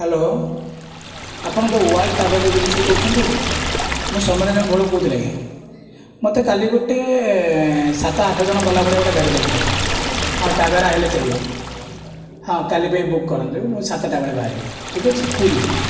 hello ଆପଣ the world travel ଏଜେନ୍ସିରୁ କହୁଛନ୍ତି ମୁଁ ସୋମ୍ୟରଞ୍ଜନ ଭୋଳ କହୁଥିଲି ଆଜ୍ଞା ମୋତେ କାଲି ଗୋଟିଏ ସାତ ଆଠ ଜଣ ଗଲା ଭଳିଆ ଗୋଟେ ଗାଡ଼ି ଦରକାର ହଁ ଟାଭେରା ହେଲେ ଚଳିବ ହଁ କାଲି ପାଇଁ ବୁକ୍ କରନ୍ତୁ ମୁଁ ସାତଟା ବେଳେ ବାହାରିବି ଠିକ୍ ଅଛି ପୁରୀ